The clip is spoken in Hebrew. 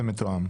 זה מתואם.